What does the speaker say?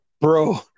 bro